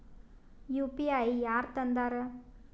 UPI ಯಾರ್ ತಂದಾರ?